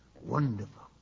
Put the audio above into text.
Wonderful